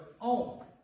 own